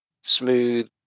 smooth